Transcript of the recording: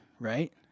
right